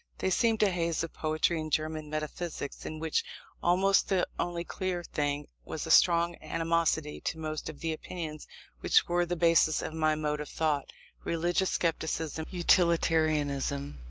they seemed a haze of poetry and german metaphysics, in which almost the only clear thing was a strong animosity to most of the opinions which were the basis of my mode of thought religious scepticism, utilitarianism,